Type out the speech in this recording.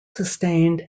sustained